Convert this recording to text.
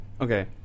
okay